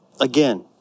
Again